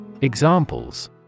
Examples